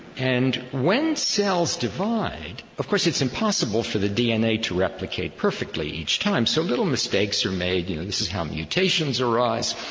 and when cells divide, of course it's impossible for the dna to replicate perfectly each time, so little mistakes are made. you know, this is how mutations arise.